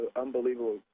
unbelievable